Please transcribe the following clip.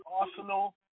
Arsenal